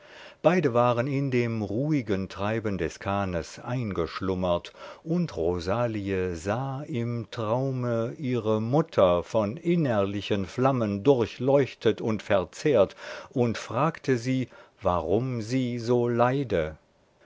beide waren in dem ruhigen treiben des kahnes eingeschlummert und rosalie sah im traume ihre mutter von innerlichen flammen durchleuchtet und verzehrt und fragte sie warum sie so leide